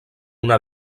una